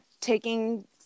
taking